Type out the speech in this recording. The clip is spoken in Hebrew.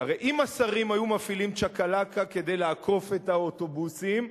הרי אם השרים היו מפעילים צ'קלקה כדי לעקוף את האוטובוסים,